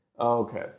Okay